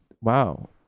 Wow